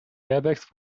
airbags